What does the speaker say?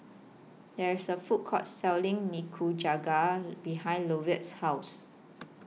There IS A Food Court Selling Nikujaga behind Lovett's House